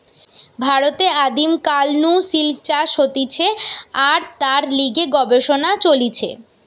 ভারতে আদিম কাল নু সিল্ক চাষ হতিছে আর তার লিগে গবেষণা চলিছে